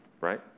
right